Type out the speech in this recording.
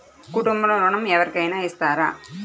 కుటుంబంలో ఋణం ఎవరికైనా ఇస్తారా?